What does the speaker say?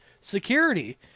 Security